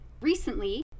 Recently